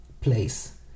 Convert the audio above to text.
place